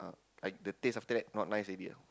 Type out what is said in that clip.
I the taste after that not nice already